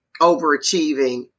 overachieving